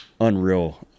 unreal